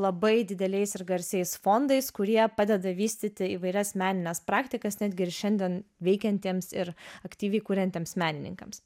labai dideliais ir garsiais fondais kurie padeda vystyti įvairias menines praktikas netgi ir šiandien veikiantiems ir aktyviai kuriantiems menininkams